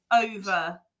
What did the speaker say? over